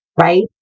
right